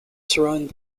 surrounding